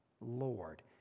Lord